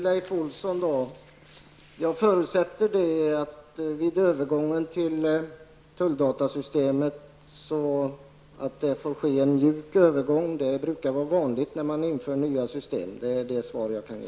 Fru talman! Jag förutsätter att övergången till tulldatasystemet blir en mjuk övergång, Leif Olsson. Det är vanligtvis brukligt när man inför nya system. Det är det svar jag kan ge.